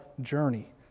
journey